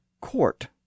court